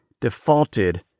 defaulted